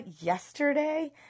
yesterday